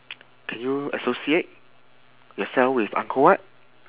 can you associate yourself with angkor wat